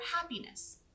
happiness